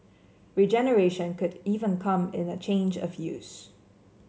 regeneration could even come in a change of use